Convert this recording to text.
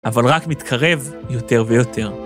‫אבל רק מתקרב יותר ויותר.